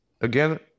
again